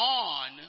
on